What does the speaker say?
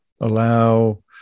Allow